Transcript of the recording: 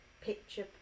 picture